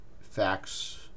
facts